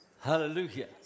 hallelujah